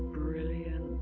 brilliant